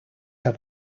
have